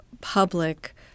public